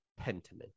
Pentiment